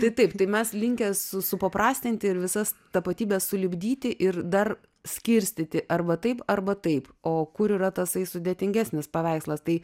tai taip tai mes linkę su supaprastinti ir visas tapatybes sulipdyti ir dar skirstyti arba taip arba taip o kur yra tasai sudėtingesnis paveikslas tai